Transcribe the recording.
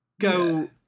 Go